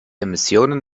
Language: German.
emissionen